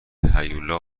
هیولا